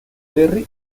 terry